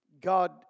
God